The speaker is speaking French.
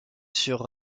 sur